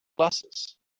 glasses